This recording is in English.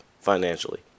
financially